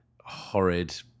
horrid